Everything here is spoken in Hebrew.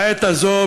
בעת הזאת,